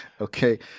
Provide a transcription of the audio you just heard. okay